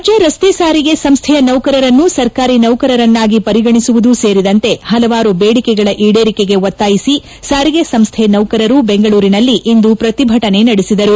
ರಾಜ್ಞ ರಸ್ತೆ ಸಾರಿಗೆ ಸಂಸ್ಥೆಯ ನೌಕರರನ್ನು ಸರ್ಕಾರಿ ನೌಕರರನ್ನಾಗಿ ಪರಿಗಣಿಸುವುದೂ ಸೇರಿದಂತೆ ಪಲವಾರು ಬೇಡಿಕೆಗಳ ಈಡೇರಿಕೆಗೆ ಒತ್ತಾಯಿಸಿ ಸಾರಿಗೆ ಸಂಸ್ಥೆ ನೌಕರರು ಬೆಂಗಳೂರಿನಲ್ಲಿಂದು ಪ್ರತಿಭಟನೆ ನಡೆಸಿದರು